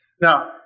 Now